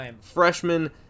freshman